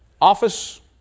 office